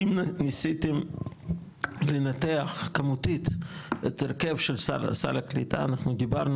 האם ניסיתם לנתח כמותית את ההרכב של סל הקליטה - אנחנו דיברנו